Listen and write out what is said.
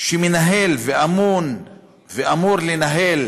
שמנהל ואמון ואמור לנהל